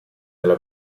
nella